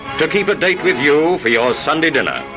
to keep a date with you for your sunday dinner.